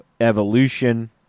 Evolution